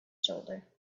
shoulder